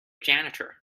janitor